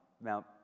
Now